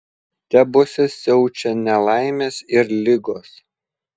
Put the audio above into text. tebuose siaučia nelaimės ir ligos